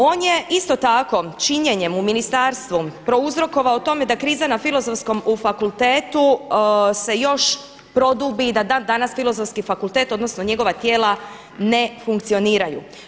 On je isto tako činjenjem u ministarstvu prouzrokovao o tome da kriza na Filozofskom fakultetu se još produbi i da dan danas Filozofski fakultet odnosno njegova tijela ne funkcioniraju.